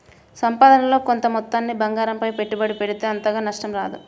సంపాదనలో కొంత మొత్తాన్ని బంగారంపై పెట్టుబడి పెడితే అంతగా నష్టం రాదు